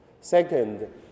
Second